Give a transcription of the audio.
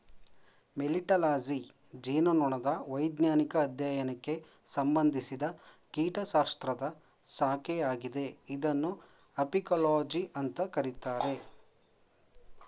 melittology ಜೇನುನೊಣದ ವೈಜ್ಞಾನಿಕ ಅಧ್ಯಯನಕ್ಕೆ ಸಂಬಂಧಿಸಿದ ಕೀಟಶಾಸ್ತ್ರದ ಶಾಖೆಯಾಗಿದೆ ಇದನ್ನು ಅಪಿಕೋಲಜಿ ಅಂತ ಕರೀತಾರೆ